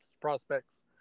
prospects